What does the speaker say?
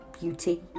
beauty